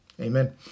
amen